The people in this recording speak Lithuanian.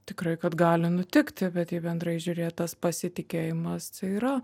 tikrai kad gali nutikti bet jei bendrai žiūrėt tas pasitikėjimas tai yra